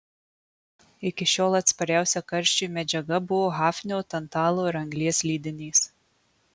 iki šiol atspariausia karščiui medžiaga buvo hafnio tantalo ir anglies lydinys